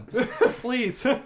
Please